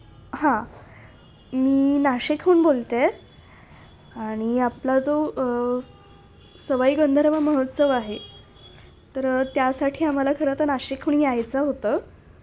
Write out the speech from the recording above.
हां मी नाशिकहून बोलते आणि आपला जो सवाई गंधर्व महोत्सव आहे तर त्यासाठी आम्हाला खरं तर नाशिकहून यायचं होतं